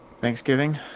Thanksgiving